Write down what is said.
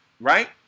right